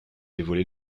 dévoilé